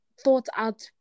thought-out